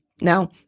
Now